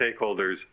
stakeholders